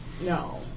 no